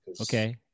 Okay